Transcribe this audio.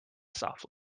softly